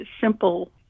simple